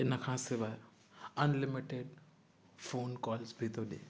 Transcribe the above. इन खां सवाइ अनलिमिटिड फोन कॉल्स बि थो ॾिए